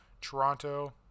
toronto